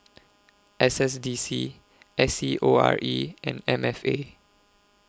S S D C S E O R E and M F A